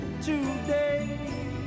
today